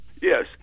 Yes